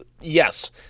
yes